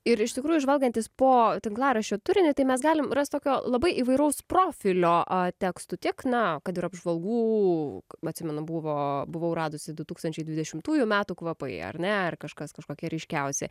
ir iš tikrųjų žvalgantis po tinklaraščio turinį tai mes galim rast tokio labai įvairaus profilio a tekstų tiek na kad ir apžvalgų atsimenu buvo buvau radusi du tūkstančiai dvidešimtųjų metų kvapai ar ne ar kažkas kažkoki ryškiausi